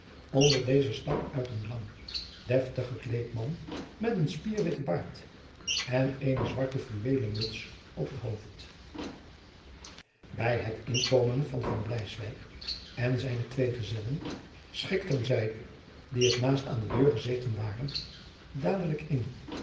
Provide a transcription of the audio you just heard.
onder deze stak uit een lang deftig gekleed man met een spierwitten baard en eene zwarte fluweele muts op het hoofd bij het inkomen van van bleiswyk en zijne twee gezellen schikten zij die het naast aan de deur gezeten waren dadelijk in